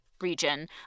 region